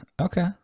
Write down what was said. okay